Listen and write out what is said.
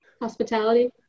hospitality